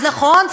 אז נכון,